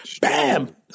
bam